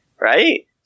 right